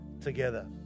together